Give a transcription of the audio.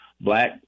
black